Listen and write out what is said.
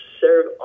serve